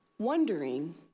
wondering